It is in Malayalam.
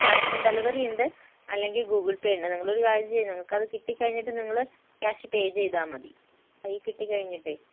ക്യാഷ് ഓൺ ഡെലിവറി ഉണ്ട് അല്ലെങ്കിൽ ഗൂഗിൾ പേ ഉണ്ട് നിങ്ങൾ ഒരു കാര്യം ചെയ്യു നിങ്ങൾക്ക് അത് കിട്ടിക്കഴിഞ്ഞിട്ട് നിങ്ങൾ ക്യാഷ് പേ ചെയ്താൽമതി കയ്യിൽ കിട്ടി കഴിഞ്ഞിട്ട്